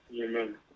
Amen